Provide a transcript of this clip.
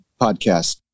Podcast